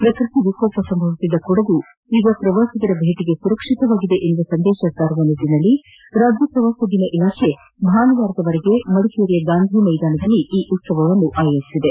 ಪ್ರಕೃತಿ ವಿಕೋಪ ಸಂಭವಿಸಿದ್ದ ಕೊಡಗು ಈಗ ಪ್ರವಾಸಿಗರ ಭೇಟಿಗೆ ಸುರಕ್ಷಿತವಾಗಿದೆ ಎಂಬ ಸಂದೇಶ ಸಾರುವ ನಿಟ್ಟಿನಲ್ಲಿ ರಾಜ್ಯ ಪ್ರವಾಸೋದ್ಯಮ ಇಲಾಖೆ ಭಾನುವಾರದವರೆಗೆ ಮಡಿಕೇರಿಯ ಗಾಂಧಿ ಮೈದಾನದಲ್ಲಿ ಈ ಉತ್ಸವವನ್ನು ಆಯೋಜಿಸಿದೆ